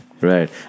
Right